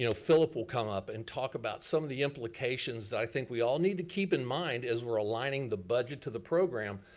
you know phillip will come up and talk about some of the implications that i think we all need to keep in mind as we're aligning the budget to the program.